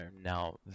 now